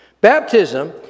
Baptism